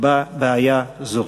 בבעיה זו.